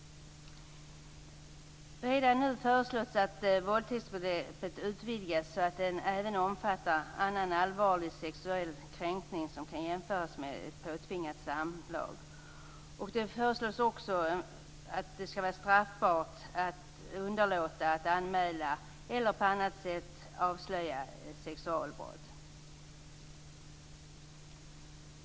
Redan nu föreslås att våldtäktsbegreppet skall utvidgas så att det även omfattar annan allvarlig sexuell kränkning som kan jämföras med påtvingat samlag. Det föreslås också att det skall vara straffbart att underlåta att anmäla eller på annat sätt avslöja sexualbrott.